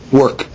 work